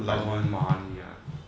my own money ya